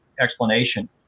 explanation